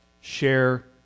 share